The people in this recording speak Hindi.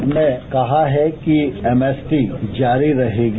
हमने कहा है कि एमएसपी जारी रहेगी